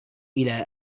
إلى